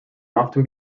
often